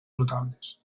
notables